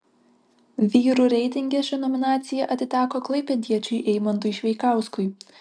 vyrų reitinge ši nominacija atiteko klaipėdiečiui eimantui šveikauskui